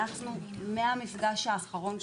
אנחנו מהמפגש האחרון,